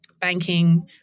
banking